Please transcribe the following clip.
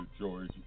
George